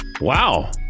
Wow